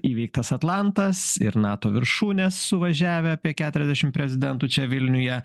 įveiktas atlantas ir nato viršūnės suvažiavę apie keturiasdešimt prezidentų čia vilniuje